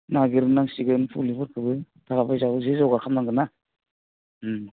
नागिरनांसिगोन फुलिफोरखौबो थाखा फैसाखौ एसे जगार खालामनांगोनना उम